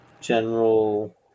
General